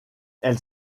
elle